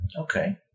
Okay